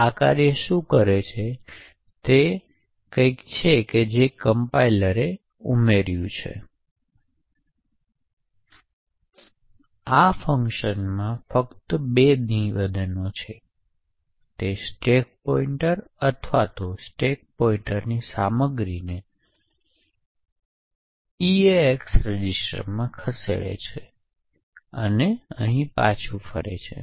આ કાર્ય શું કરે છે તે કંઇક છે જે કમ્પાઇલરે આ ફંક્શનમાં ફક્ત બે નિવેદનો છે તે સ્ટેક પોઇંટર અથવા સ્ટેક પોઇન્ટરની સામગ્રીને ઇએક્સ રજિસ્ટરમાં ખસેડે છે અને પછી પાછો આવે છે